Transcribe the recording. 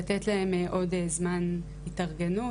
לתת להם עוד זמן התארגנות.